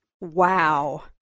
Wow